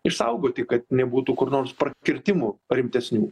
išsaugoti kad nebūtų kur nors prakirtimų rimtesnių